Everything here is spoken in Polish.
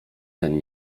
ten